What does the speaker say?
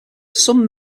some